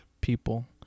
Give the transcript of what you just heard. people